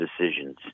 decisions